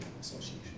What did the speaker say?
Association